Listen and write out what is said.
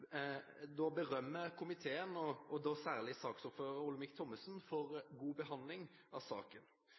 komiteen og da særlig saksordføreren, Olemic Thommessen, for en god behandling av saken.